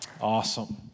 Awesome